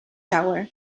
hour